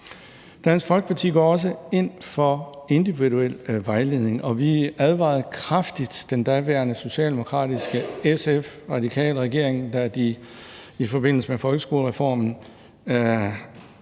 Dansk Folkeparti går også ind for individuel vejledning, og vi advarede kraftigt den daværende SRSF-regering, da de i forbindelse med folkeskolereformen